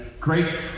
great